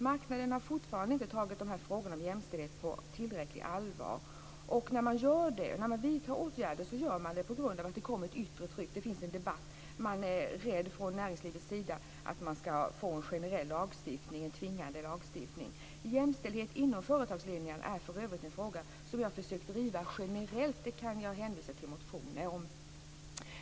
Marknaden har fortfarande inte tagit dessa frågor om jämställdhet på tillräckligt allvar. Och när man vidtar åtgärder så gör man det på grund av att det kommer ett yttre tryck. Det förs en debatt. Man är från näringslivets sida rädd för att få en generell lagstiftning, en tvingande lagstiftning. Jämställdhet inom företagsledningar är för övrigt en fråga som jag har försökt driva generellt. Jag kan hänvisa till motioner om det.